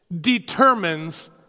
determines